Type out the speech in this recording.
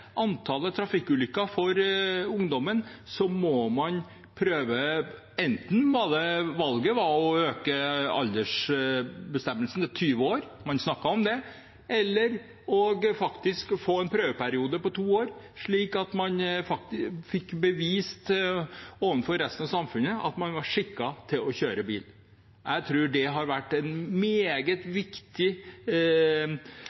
antallet trafikkulykker for ungdommen, måtte man enten øke aldersgrensen til 20 år – man snakket om det – eller få en prøveperiode på to år, slik at man fikk bevist overfor resten av samfunnet at man var skikket til å kjøre bil. Jeg tror det har vært et meget viktig opplegg for å få færre trafikkulykker. Så sier representanten Johnsen at det er en